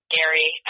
Gary